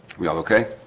we all okay.